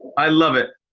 i love it.